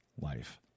life